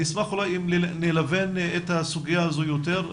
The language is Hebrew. אשמח אולי אם נלבן את הסוגיה הזו יותר.